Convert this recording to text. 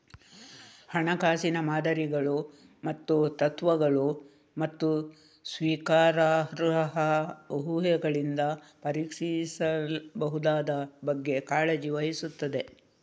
ಹಣಕಾಸಿನ ಮಾದರಿಗಳು ಮತ್ತು ತತ್ವಗಳು, ಮತ್ತು ಸ್ವೀಕಾರಾರ್ಹ ಊಹೆಗಳಿಂದ ಪರೀಕ್ಷಿಸಬಹುದಾದ ಬಗ್ಗೆ ಕಾಳಜಿ ವಹಿಸುತ್ತದೆ